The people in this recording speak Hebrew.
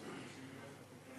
יפתח את הדיון השר להגנת הסביבה אבי